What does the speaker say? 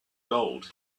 gold